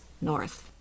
north